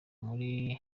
muri